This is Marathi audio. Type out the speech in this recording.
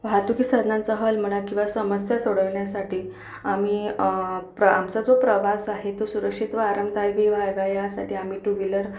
वाहतुकी साधनांचा हल म्हणा किंवा समस्या सोडवण्यासाठी आम्ही प्र आमचा जो प्रवास आहे तो सुरक्षित व आरामदायी व्हावा यासाठी आम्ही टू व्हीलर